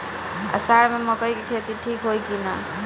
अषाढ़ मे मकई के खेती ठीक होई कि ना?